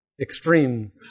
extreme